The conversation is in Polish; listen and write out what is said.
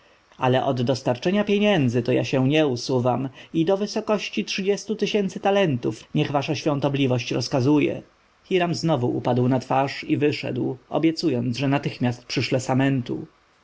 ale od dostarczania pieniędzy to ja się nie usuwam i do wysokości trzydziestu tysięcy talentów niech wasza świątobliwość rozkazuje hiram znowu upadł na twarz i wyszedł obiecując że natychmiast przyszle samentu